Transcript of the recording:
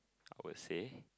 I would say